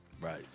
Right